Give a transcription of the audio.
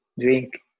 drink